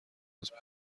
رتبه